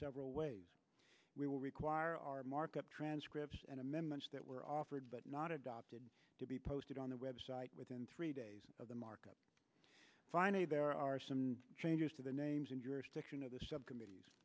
several ways we will require our markup transcripts and amendments that were offered but not adopted to be posted on the website within three days of the markup finally there are some changes to the names and jurisdiction of the subcommittees